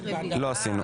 השנייה,